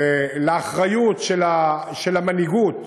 לאחריות של המנהיגות